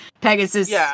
Pegasus